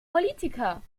politiker